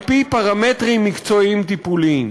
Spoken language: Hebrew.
על-פי פרמטרים מקצועיים טיפוליים.